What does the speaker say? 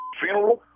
funeral